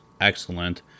Excellent